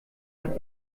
man